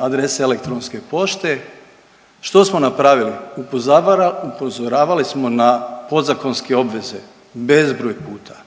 adrese elektronske pošte. Što smo napravili? Upozoravali smo na podzakonske obveze bezbroj puta.